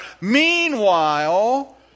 Meanwhile